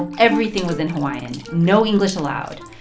and everything was in hawaiian, no english allowed,